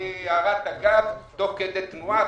בהערת אגב אומר שזה תוך כדי תנועה,